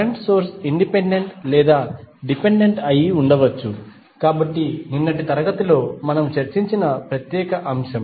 current source independent లేదా dependent అయి ఉండవచ్చు కాబట్టి నిన్నటి తరగతిలో మనము చర్చించిన ప్రత్యేక అంశం